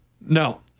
No